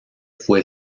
fue